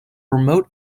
remote